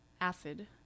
acid